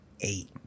eight